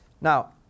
Now